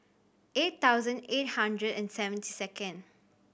eight thousand eight hundred and seventy second